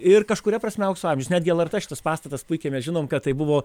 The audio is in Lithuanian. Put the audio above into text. ir kažkuria prasme aukso amžius netgi lrt šitas pastatas puikiai mes žinom kad tai buvo